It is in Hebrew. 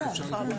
נכון.